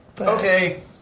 Okay